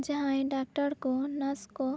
ᱡᱟᱦᱟᱸᱭ ᱰᱟᱠᱛᱚᱨ ᱠᱩ ᱱᱟᱨᱥ ᱠᱩ